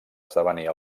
esdevenir